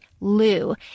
Lou